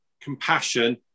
compassion